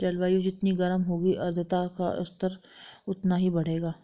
जलवायु जितनी गर्म होगी आर्द्रता का स्तर उतना ही बढ़ेगा